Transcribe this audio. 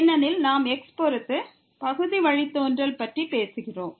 ஏனெனில் நாம் x பொறுத்து பகுதி வழித்தோன்றல் பற்றி பேசுகிறோம்